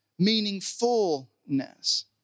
meaningfulness